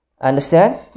Understand